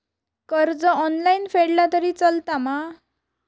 कर्ज ऑनलाइन फेडला तरी चलता मा?